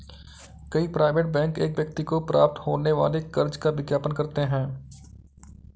कई private bank एक व्यक्ति को प्राप्त होने वाले कर्ज का विज्ञापन करते हैं